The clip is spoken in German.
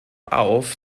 auf